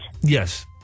Yes